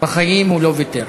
בחיים הוא לא ויתר.